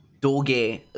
Doge